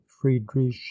Friedrich